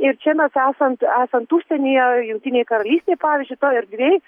ir čia mes esant esant užsienyje jungtinėj karalystėj pavyzdžiui toj erdvėj